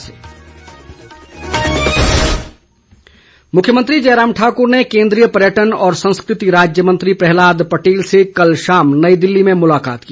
मुख्यमंत्री मुख्यमंत्री जयराम ठाक्र ने केंद्रीय पर्यटन और संस्कृति राज्य मंत्री प्रहलाद पटेल से कल शाम नई दिल्ली में मुलाकात की